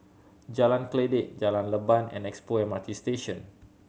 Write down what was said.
Jalan Kledek Jalan Leban and Expo M R T Station